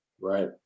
Right